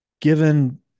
Given